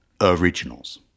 originals